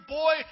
boy